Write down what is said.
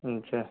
अच्छा